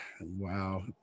wow